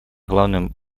главным